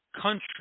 country